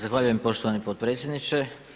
Zahvaljujem poštovani potpredsjedniče.